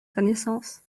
connaissance